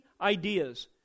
ideas